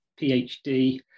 PhD